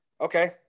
Okay